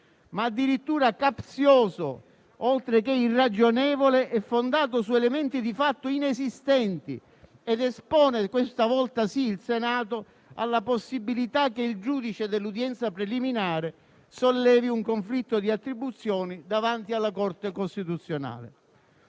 ma addirittura capzioso oltre che irragionevole e fondato su elementi di fatto inesistenti, ed espone - questa volta sì - il Senato alla possibilità che il giudice dell'udienza preliminare sollevi un conflitto di attribuzioni davanti alla Corte costituzionale.